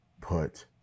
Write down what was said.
put